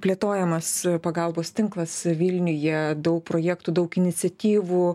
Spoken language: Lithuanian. plėtojamas pagalbos tinklas vilniuje daug projektų daug iniciatyvų